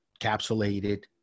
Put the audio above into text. capsulated